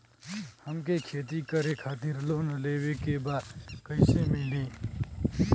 हमके खेती करे खातिर लोन लेवे के बा कइसे मिली?